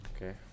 Okay